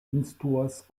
instruas